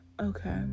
Okay